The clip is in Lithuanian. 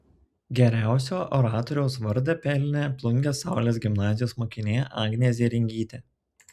geriausio oratoriaus vardą pelnė plungės saulės gimnazijos mokinė agnė zėringytė